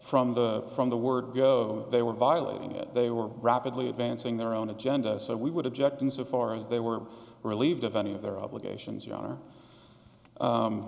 from the from the word go they were violating it they were rapidly advancing their own agenda so we would object insofar as they were relieved of any of their obligations you